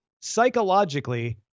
psychologically